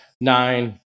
nine